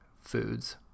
Foods